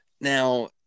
Now